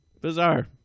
bizarre